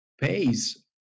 pays